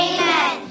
Amen